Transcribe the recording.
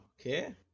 Okay